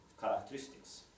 characteristics